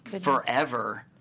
forever